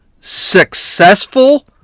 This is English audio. successful